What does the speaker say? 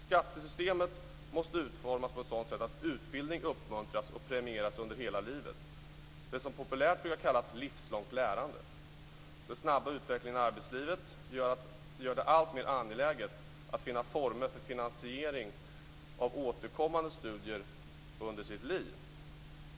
Skattesystemet måste utformas på ett sådant sätt att utbildning uppmuntras och premieras under hela livet - det som populärt brukar kallas för livslångt lärande. Den snabba utvecklingen i arbetslivet gör det alltmer angeläget att finna former för finansiering av återkommande studier i livet.